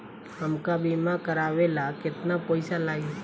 हमका बीमा करावे ला केतना पईसा लागी?